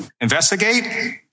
investigate